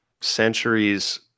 centuries